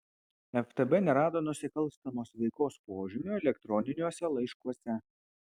ftb nerado nusikalstamos veikos požymių elektroniniuose laiškuose